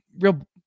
real